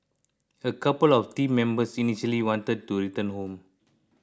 a couple of the team members initially wanted to return home